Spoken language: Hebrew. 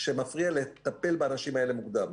שמפריע לטפל באנשים האלה מוקדם.